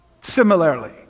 similarly